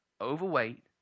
overweight